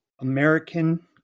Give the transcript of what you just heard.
American